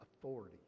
authority